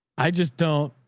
i just don't.